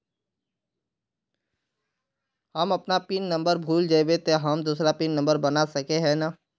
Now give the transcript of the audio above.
हम अपन pin number भूल जयबे ते हम दूसरा पिन नंबर बना सके है नय?